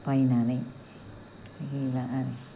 बायनानै होला आरो